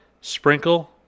Sprinkle